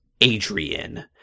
Adrian